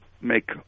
make